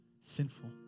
sinful